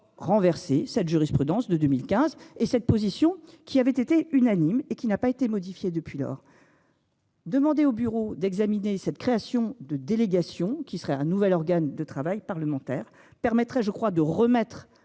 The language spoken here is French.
renverser cette jurisprudence de 2015 et cette position qui avait été unanime et qui n'a pas été modifiés depuis lors. Demander au bureau d'examiner cette création de délégation qui serait un nouvel organe de travail parlementaire permettrait je crois de remettre